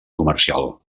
comercial